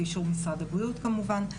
באישור משרד הבריאות כמובן.